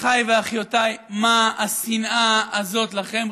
אחיי ואחיותיי: מה השנאה הזאת לכם,